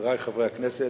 חברי חברי הכנסת,